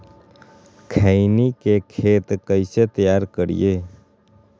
खैनी के खेत कइसे तैयार करिए?